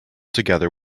together